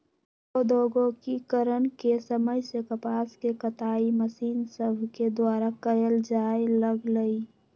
औद्योगिकरण के समय से कपास के कताई मशीन सभके द्वारा कयल जाय लगलई